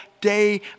day